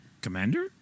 Commander